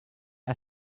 are